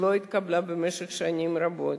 שלא התקבלה במשך שנים רבות,